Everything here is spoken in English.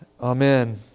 Amen